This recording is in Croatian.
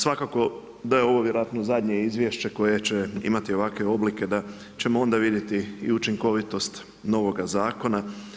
Svakako da je ovo vjerojatno zadnje izvješće koje će imati ovakve oblike da ćemo onda vidjeti i učinkovitost novoga zakona.